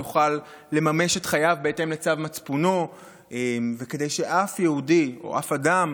יוכל לממש את חייו בהתאם לצו מצפונו וכדי שאף יהודי או אף אדם